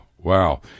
Wow